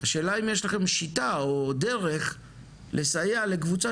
השאלה אם יש לכם שיטה או דרך לסייע לקבוצה